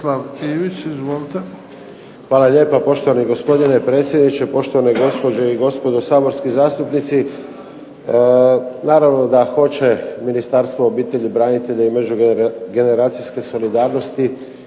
Hvala lijepa poštovani gospodine predsjedniče, poštovane gospođe i gospodo saborski zastupnici. Naravno da hoće Ministarstvo obitelji, branitelja i međugeneracijske solidarnosti